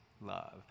love